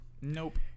Nope